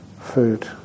food